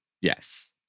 Yes